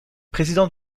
président